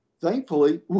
thankfully